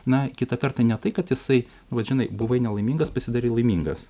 na kitą kartą ne tai kad jisai vat žinai buvai nelaimingas pasidarei laimingas